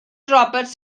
roberts